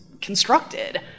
constructed